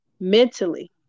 Mentally